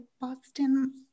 Boston